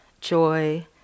joy